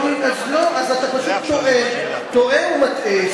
לא, אז אתה פשוט טועה, טועה ומטעה.